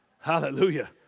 Hallelujah